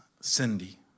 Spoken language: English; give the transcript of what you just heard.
Cindy